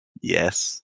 Yes